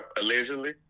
allegedly